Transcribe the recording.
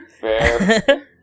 Fair